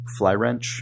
FlyWrench